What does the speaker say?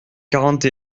quarante